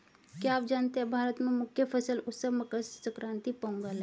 क्या आप जानते है भारत में मुख्य फसल उत्सव मकर संक्रांति, पोंगल है?